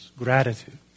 Gratitude